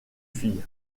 fille